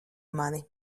mani